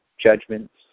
judgments